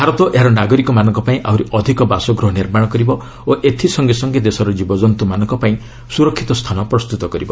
ଭାରତ ଏହାର ନାଗରିକମାନଙ୍କପାଇଁ ଆହୁରି ଅଧିକ ବାସଗୃହ ନିର୍ମାଣ କରିବ ଓ ଏଥି ସଙ୍ଗେ ସଙ୍ଗେ ଦେଶର କୀବଜନ୍ତୁମାନଙ୍କ ପାଇଁ ସ୍ୱରକ୍ଷିତ ସ୍ଥାନ ପ୍ରସ୍ତତ କରିବ